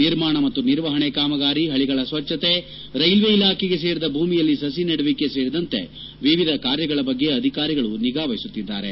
ನಿರ್ಮಾಣ ಮತ್ತು ನಿರ್ವಹಣೆ ಕಾಮಗಾರಿ ಹಳಿಗಳ ಸ್ವಚ್ವತೆ ರೈಲ್ವೆ ಇಲಾಖೆಗೆ ಸೇರಿದ ಭೂಮಿಯಲ್ಲಿ ಸಸಿ ನೆಡುವಿಕೆ ಸೇರಿದಂತೆ ವಿವಿಧ ಕಾರ್ಯಗಳ ಬಗ್ಗೆ ಅಧಿಕಾರಿಗಳು ನಿಗಾ ವಹಿಸುತ್ತಿದ್ದಾರೆ